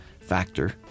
factor